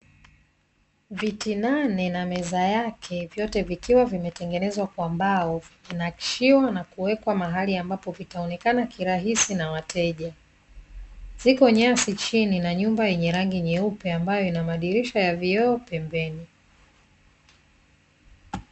Viti nane ma meza yake; vyote vikiwa vimetengenezwa kwa mbao. Vimenakshiwa na kuwekwa mahali ambapo vitaonekana kirahisi na wateja. Zipo nyasi chini na nyumba yenye rangi nyeupe ambayo ina madirisha ya vioo pembeni.